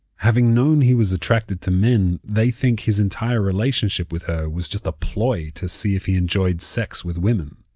having known he was attracted to men, they think his entire relationship with her was just a ploy to see if he enjoyed sex with women.